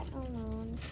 alone